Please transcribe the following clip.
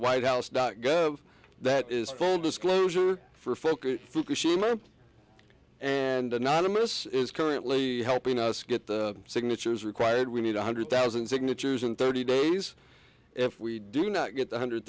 white house that is full disclosure for folks and anonymous is currently helping us get the signatures required we need a hundred thousand signatures in thirty days if we do not get one hundred